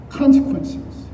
consequences